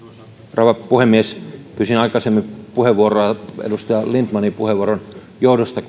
rouva puhemies pyysin aikaisemmin puheenvuoroa edustaja lindtmanin puheenvuoron johdosta